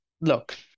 look